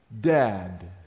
Dad